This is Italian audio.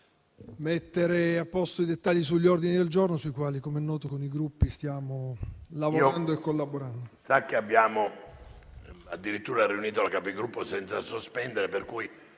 mettere a posto i dettagli sugli ordini del giorno sui quali - come è noto - con i Gruppi stiamo lavorando e collaborando.